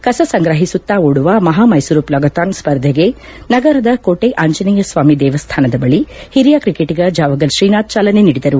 ಕಸ ಸಂಗ್ರಹಿಸುತ್ತಾ ಓಡುವ ಮಹಾ ಮೈಸೂರು ಪ್ಲಾಗತಾನ್ ಸ್ಪರ್ಧೆಗೆ ನಗರದ ಕೋಟೆ ಆಂಜನೇಯ ಸ್ವಾಮಿ ದೇವಸ್ಥಾನದ ಬಳಿ ಹಿರಿಯ ಕ್ರಿಕೆಟಿಗ ಜಾವಗಲ್ ಶ್ರೀನಾಥ್ ಚಾಲನೆ ನೀಡಿದರು